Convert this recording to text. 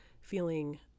feeling